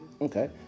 Okay